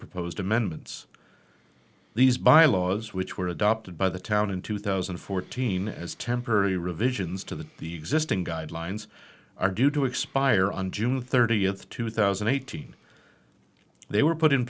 proposed amendments these by laws which were adopted by the town in two thousand and fourteen as temporary revisions to the existing guidelines are due to expire on june thirtieth two thousand and eighteen they were put in